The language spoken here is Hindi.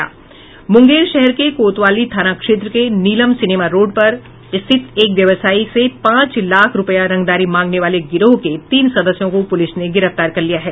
मुंगेर शहर के कोतवाली थाना क्षेत्र के नीलम सिनेमा रोड स्थित एक व्यवसायी से पांच लाख रूपया रंगदारी मांगने वाले गिरोह के तीन सदस्यों को पुलिस ने गिरफ्तार कर लिया है